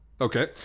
Okay